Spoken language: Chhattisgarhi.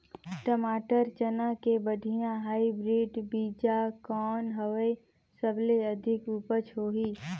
मटर, चना के बढ़िया हाईब्रिड बीजा कौन हवय? सबले अधिक उपज होही?